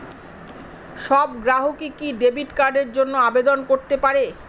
সব গ্রাহকই কি ডেবিট কার্ডের জন্য আবেদন করতে পারে?